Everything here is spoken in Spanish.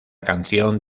canción